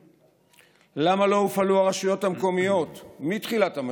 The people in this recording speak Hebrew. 3. למה לא הופעלו הרשויות המקומיות מתחילת המשבר?